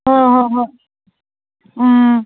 ꯍꯣꯏ ꯍꯣꯏ ꯍꯣꯏ ꯎꯝ